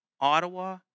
Ottawa